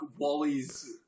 wally's